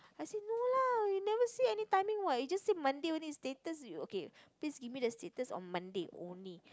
I say no lah you never say any timing what you just say Monday only status you okay please give me the status on Monday only